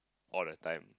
all the time